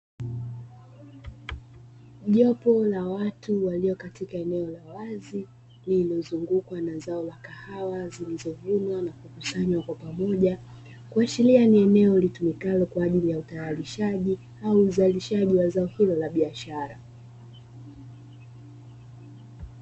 Jopo la watu walio katika eneo la wazi lililozungukwa na zao la kahawa zilizovunwa na kukusanywa kwa pamoja, kuashiria ni eneo litumikalo kwa ajili ya utayarishaji au uzalishaji wa zao hilo la biashara.